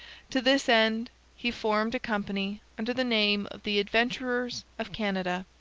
to this end he formed a company under the name of the adventurers of canada.